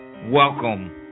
Welcome